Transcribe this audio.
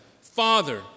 father